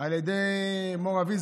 לראשונה על ידי מור אבי,